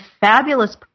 fabulous